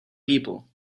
people